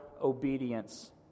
obedience